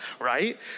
right